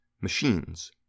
Machines